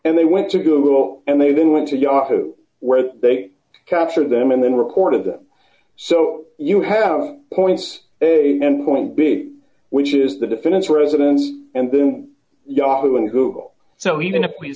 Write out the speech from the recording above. and they went to google and they then went to yahoo where they captured them and then record of them so you have points a and point b which is the defendant's residence and then yahoo and google so even if we